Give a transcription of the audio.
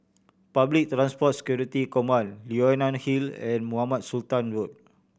Public Transport Security Command Leonie Hill and Mohamed Sultan Road